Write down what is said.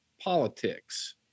politics